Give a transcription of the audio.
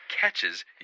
catches